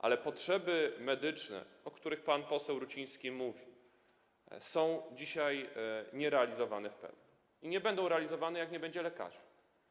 Ale potrzeby medyczne, o których mówił pan poseł Ruciński, nie są dzisiaj realizowane w pełni i nie będą realizowane, jeśli nie będzie lekarzy.